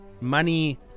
money